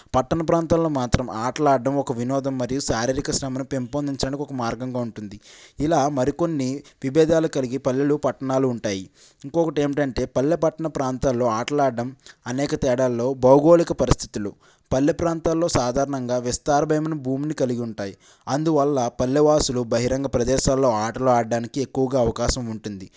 పట్టణ ప్రాంతాల్లో మాత్రం ఆటలు ఆడడం ఒక వినోదం మరియు శారీరిక శ్రమని పెంపొందించడానికి ఒక మార్గంగా ఉంటుంది ఇలా మరికొన్ని విభేదాలు కలిగి పల్లెలు పట్టణాలు ఉంటాయి ఇంకొకటి ఏమిటంటే పల్లె పట్టణ ప్రాంతాల్లో ఆటలాడడం అనేక తేడాల్లో భౌగోళిక పరిస్థితులు పల్లె ప్రాంతాల్లో సాధారణంగా విస్తారమైన భూమిని కలిగి ఉంటాయి అందువల్ల పల్లెవాసులు బహిరంగ ప్రదేశాల్లో ఆటలో ఆడటానికి ఎక్కువగా అవకాశం ఉంటుంది